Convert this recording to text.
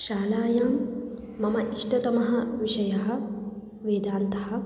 शालायां मम इष्टतमः विषयः वेदान्तः